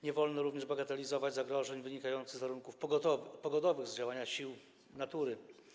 Nie wolno również bagatelizować zagrożeń wynikających z warunków pogodowych, z działania sił natury.